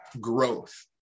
growth